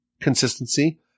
Consistency